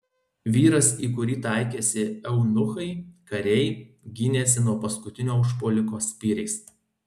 vyras į kurį taikėsi eunuchai kariai gynėsi nuo paskutinio užpuoliko spyriais